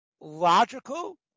logical